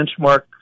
benchmark